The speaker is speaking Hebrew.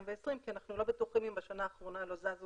כי אנחנו לא בטוחים אם בשנה האחרונה לא זזו